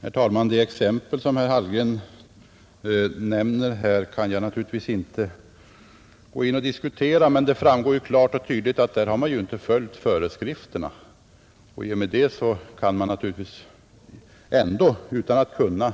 Herr talman! Det exempel som herr Hallgren nämner här kan jag naturligtvis inte diskutera. Men det framgår klart och tydligt att där har man inte följt föreskrifterna, och i och med det kan jag givetvis utan att kunna